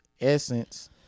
Essence